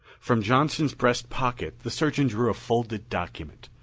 from johnson's breast pocket the surgeon drew a folded document.